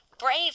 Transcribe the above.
Brave